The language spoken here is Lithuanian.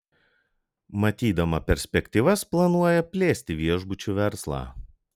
matydama perspektyvas planuoja plėsti viešbučių verslą